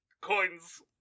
coins